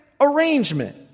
arrangement